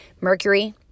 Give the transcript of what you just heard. Mercury